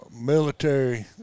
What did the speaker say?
military